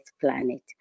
planet